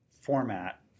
format